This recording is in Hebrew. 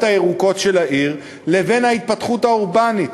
הירוקות של העיר לבין ההתפתחות האורבנית.